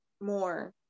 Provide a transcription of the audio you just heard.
more